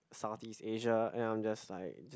Southeast Asia and i'm just like